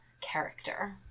character